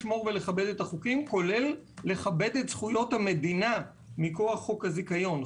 כולל לכבד את זכויות המדינה מכוח חוק הזיכיון.